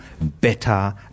better